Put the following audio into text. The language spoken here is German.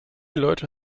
leute